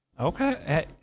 Okay